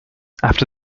after